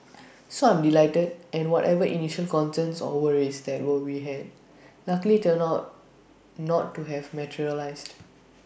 so I'm delighted and whatever initial concerns or worries that what we had luckily turned out not to have materialised